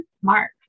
smart